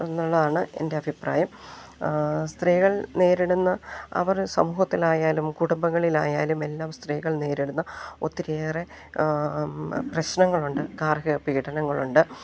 എന്നുള്ളതാണ് എൻ്റെ അഭിപ്രായം സ്ത്രീകൾ നേരിടുന്ന അവർ സമൂഹത്തിലായാലും കുടുംബങ്ങളിലായാലും എല്ലാം സ്ത്രീകൾ നേരിടുന്ന ഒത്തിരിയേറെ പ്രശ്നങ്ങളുണ്ട് ഗാർഹിക പീഡനങ്ങളുണ്ട്